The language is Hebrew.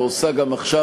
ועושה גם עכשיו,